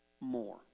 more